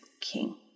king